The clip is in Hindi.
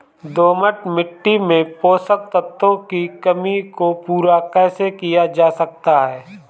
दोमट मिट्टी में पोषक तत्वों की कमी को पूरा कैसे किया जा सकता है?